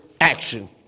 action